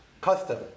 custom